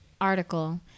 article